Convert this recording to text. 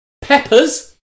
peppers